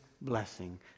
blessing